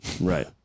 Right